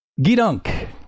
Gidunk